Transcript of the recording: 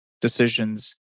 decisions